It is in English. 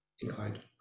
inclined